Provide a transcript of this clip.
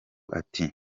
ati